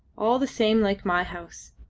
all the same like my house.